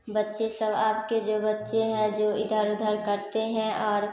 बच्चे सब अब के जो बच्चे हैं जो इधर उधर करते हैं और